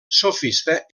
sofista